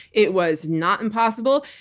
it was not impossible.